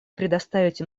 предоставить